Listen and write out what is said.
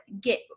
get